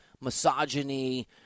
misogyny